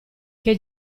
che